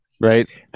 right